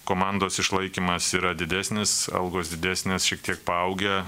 komandos išlaikymas yra didesnis algos didesnės šiek tiek paaugę